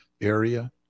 area